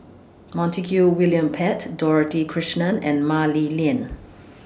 Montague William Pett Dorothy Krishnan and Mah Li Lian